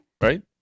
Right